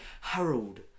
Harold